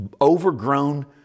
overgrown